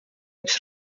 üks